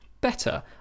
better